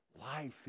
life